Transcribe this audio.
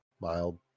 mild